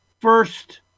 first